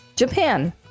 Japan